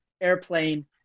airplane